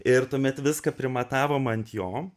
ir tuomet viską primatavom ant jo